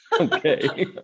Okay